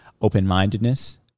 open-mindedness